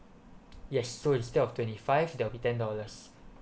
yes so instead of twenty five there will be ten dollars